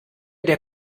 der